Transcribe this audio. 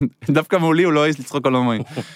דווקא מולי, הוא לא העז לצחוק על הומואים.